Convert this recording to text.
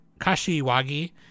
Kashiwagi